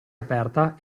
aperta